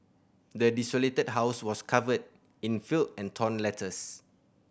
the desolated house was covered in filth and torn letters